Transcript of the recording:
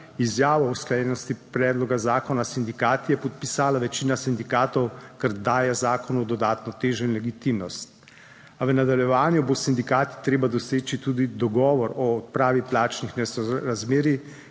izjavo o usklajenosti predloga zakona s sindikati je podpisala večina sindikatov, kar daje zakonu dodatno težo in legitimnost, a v nadaljevanju bo s sindikati treba doseči tudi dogovor o odpravi plačnih nesorazmerij,